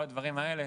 את כל הדברים האלה